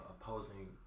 opposing